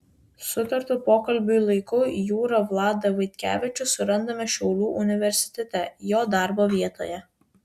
sutartu pokalbiui laiku jūrą vladą vaitkevičių surandame šiaulių universitete jo darbo vietoje